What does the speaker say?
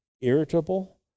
irritable